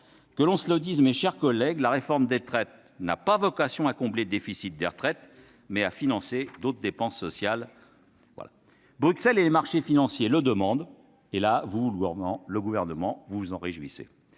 Bref, mes chers collègues, la réforme des retraites n'a pas vocation à combler le déficit des retraites, mais à financer d'autres dépenses sociales. Bruxelles et les marchés financiers le demandent et le Gouvernement s'en réjouit.